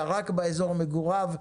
רק באזור מגוריו,